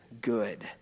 good